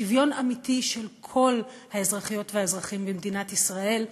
שוויון אמיתי של כל האזרחיות והאזרחים במדינת ישראל,